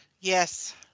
yes